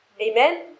Amen